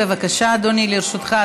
לרשותך,